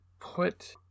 put